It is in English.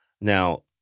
now